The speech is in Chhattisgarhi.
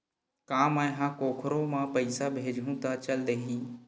का मै ह कोखरो म पईसा भेजहु त चल देही?